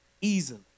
Easily